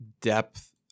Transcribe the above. depth